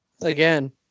Again